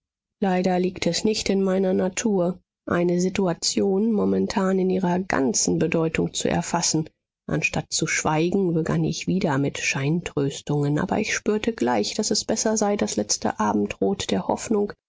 leider liegt es nicht in meiner natur eine situation momentan in ihrer ganzen bedeutung zu erfassen anstatt zu schweigen begann ich wieder mit scheintröstungen aber ich spürte gleich daß es besser sei das letzte abendrot der hoffnung